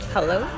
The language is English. Hello